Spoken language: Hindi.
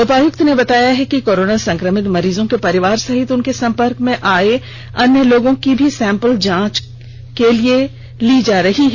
उपायक्त ने बताया है कि कोरोना संक्रमित मरीजों के परिवार सहित उनके संपर्क में आए अन्य लोगों की भी सैंपल जांच के लिए ली जा रही है